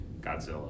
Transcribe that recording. Godzilla